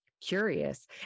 curious